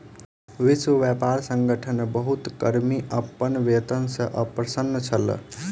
विश्व व्यापार संगठन मे बहुत कर्मी अपन वेतन सॅ अप्रसन्न छल